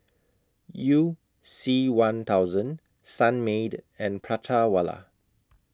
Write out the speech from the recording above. YOU C one thousand Sunmaid and Prata Wala